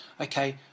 okay